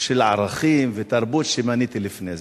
של ערכים ותרבות שמניתי לפני זה.